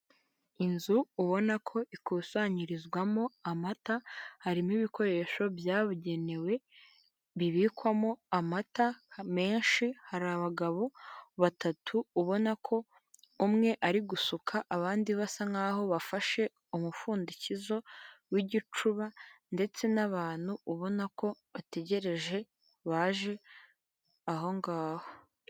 Inzu ubona ko ikusanyirizwamo amata harimo ibikoresho byabugenewe bibikwamo amata menshi, hari abagabo batatu ubona ko umwe ari gusuka abandi basa nkaho bafashe umupfundikizo w'igicuba, ndetse n'abantu ubona ko bategereje baje aho ngaho.